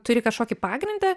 turi kažkokį pagrindą